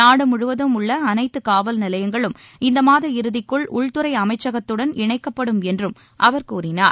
நாடு முழுவதும் உள்ள அனைத்து காவல் நிலையங்களும் இந்த மாத இறுதிக்குள் உள்துறை அமைச்சகத்துடன் இணைக்கப்படும் என்றும் அவர் கூறினார்